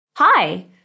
Hi